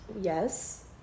yes